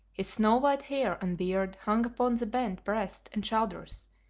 his snow-white hair and beard hung upon the bent breast and shoulders,